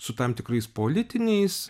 su tam tikrais politiniais